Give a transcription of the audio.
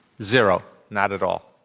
zero. not at all.